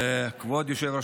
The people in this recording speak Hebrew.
כבוד היושב-ראש,